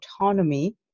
autonomy